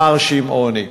מר שמעוני.